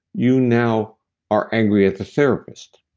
you now are angry at the therapist,